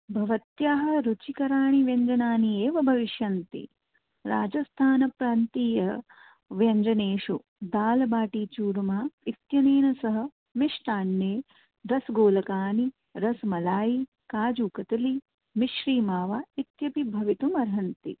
भवत्याः रुचिकराणि व्यञ्जनानि एव भविष्यन्ति राजस्थानप्रान्तीयव्यञ्जनेषु दालबाटिचूरमा इत्यनेन सह मिष्टान्ने रसगोलकानि रस् मलायि काजुकतली मिश्रिमावा इत्यपि भवितुं अर्हन्ति